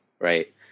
right